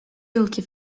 yılki